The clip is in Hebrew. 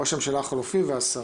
ראש הממשלה החלופי והשרים.